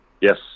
Yes